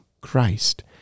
Christ